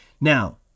Now